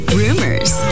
rumors